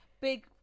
big